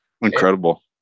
Incredible